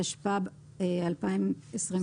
התשפ"ב-2022,